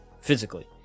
physically